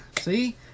See